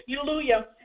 Hallelujah